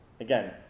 Again